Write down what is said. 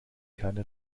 keine